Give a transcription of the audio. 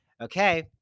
Okay